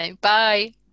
Bye